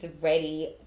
ready